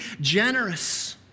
generous